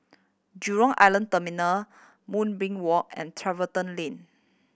Jurong Island Terminal Moonbeam Walk and Tiverton Lane